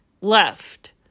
left